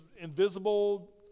invisible